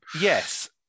yes